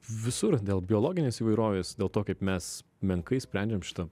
visur dėl biologinės įvairovės dėl to kaip mes menkai sprendžiam šitą